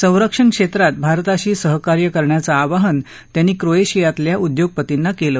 संरक्षण क्षेत्रात भारताशी सहकार्य करण्याचं आवाहन त्यांनी क्रोएशियातल्या उद्योगपतींना केलं